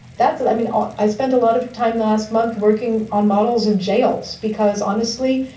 that's it. i mean, i spent a lot of time last month working on models of jails because honestly,